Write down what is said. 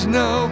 no